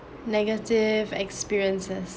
negative experiences